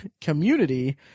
Community